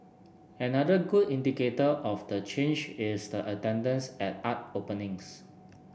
another good indicator of the change is the attendance at art openings